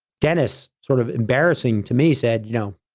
dennis, sort of embarrassing to me said, you know,